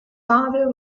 father